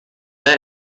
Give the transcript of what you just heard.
der